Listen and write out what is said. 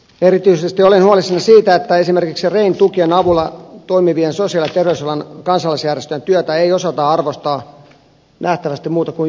erityisesti olen huolissani siitä että esimerkiksi rayn tukien avulla toimivien sosiaali ja terveysalan kansalaisjärjestöjen työtä ei osata arvostaa nähtävästi muuta kuin juhlapuheissa